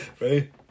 Right